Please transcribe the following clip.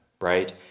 right